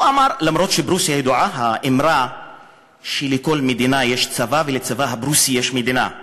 למרות שבפרוסיה ידועה האמרה שלכל מדינה יש צבא ולצבא הפרוסי יש מדינה,